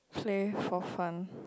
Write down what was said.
play for fun